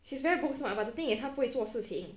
she's very books smart but the thing is 他不会做事情